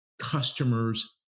customers